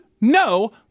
no